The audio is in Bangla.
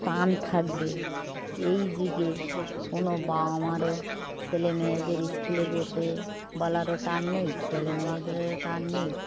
টান থাকবে এই যুগে কোনো বাবা মারও ছেলেমেয়েদের স্কুলে যেতে বলারও টান নেই ছেলেমেয়েদেরও টান নেই